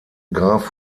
graf